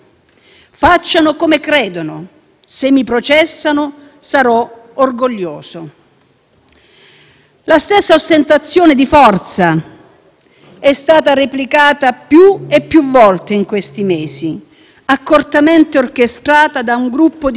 La stessa ostentazione di forza è stata replicata più e più volte in questi mesi, accortamente orchestrata da un gruppo di comunicazione che il Ministro, orgogliosamente, definisce la bestia.